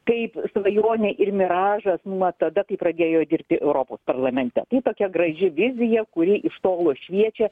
kaip svajonė ir miražas nuo tada kai pradėjo dirbti europos parlamente tai tokia graži vizija kuri iš tolo šviečia